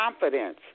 confidence